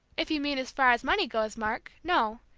if you mean as far as money goes, mark no.